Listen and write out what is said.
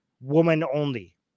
woman-only